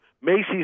Macy's